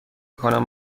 کنم